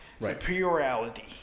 superiority